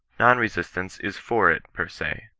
non-resistance is for it per se.